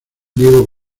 diego